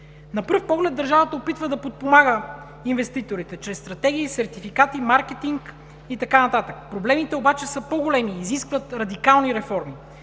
На пръв поглед държавата опитва да подпомага инвеститорите чрез стратегии, сертификати, маркетинг и така нататък. Проблемите обаче са по-големи и изискват радикални реформи.